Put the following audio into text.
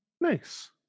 nice